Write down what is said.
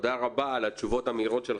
תודה רבה על התשובות המהירות שלך.